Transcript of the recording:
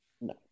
No